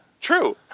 true